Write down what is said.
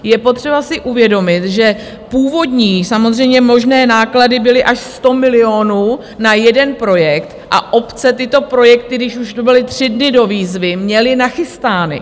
Je potřeba si uvědomit, že původní, samozřejmě možné, náklady byly až 100 milionů na jeden projekt a obce tyto projekty, když už byly tři dny do výzvy, měly nachystány.